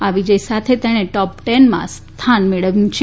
આ વિજય સાથે તેણે ટોપ ટેનમાં સ્થાન મેળવ્યું છે